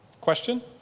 Question